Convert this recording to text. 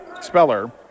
speller